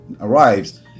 arrives